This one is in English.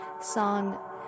song